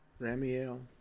Ramiel